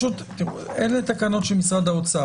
אלה תקנות של משרד האוצר.